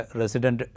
resident